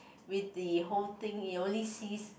with the whole thing it only sees